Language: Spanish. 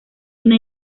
orina